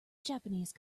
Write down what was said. japanese